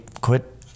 quit